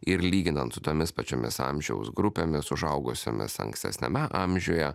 ir lyginant su tomis pačiomis amžiaus grupėmis užaugo ankstesniame amžiuje